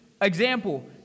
Example